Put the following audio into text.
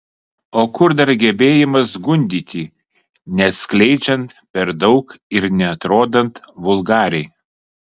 o kur dar gebėjimas gundyti neatskleidžiant per daug ir neatrodant vulgariai